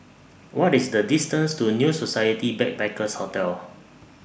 What IS The distance to New Society Backpackers' Hotel